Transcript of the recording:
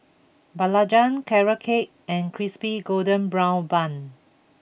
Belacan Carrot Cake and Crispy Golden Brown Bun